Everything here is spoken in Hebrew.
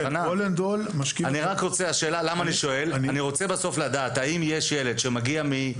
אני רוצה בסוף לדעת האם יש ילד שמגיע מאשדוד,